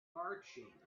marching